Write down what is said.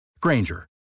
Granger